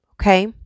Okay